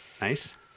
Nice